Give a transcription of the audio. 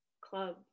club